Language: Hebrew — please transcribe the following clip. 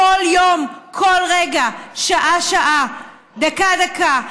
כל יום, כל רגע, שעה-שעה, דקה-דקה.